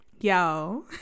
y'all